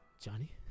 Johnny